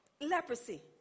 leprosy